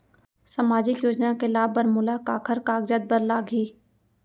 सामाजिक योजना के लाभ बर मोला काखर कागजात बर लागही?